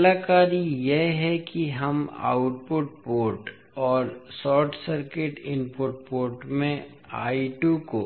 अब अगला कार्य यह है कि हम आउटपुट पोर्ट और शॉर्ट सर्किट इनपुट पोर्ट में को